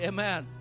Amen